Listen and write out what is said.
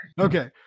Okay